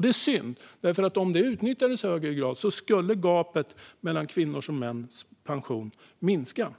Det är synd, för att om detta utnyttjades i högre grad skulle gapet mellan kvinnors och mäns pensioner minska.